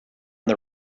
the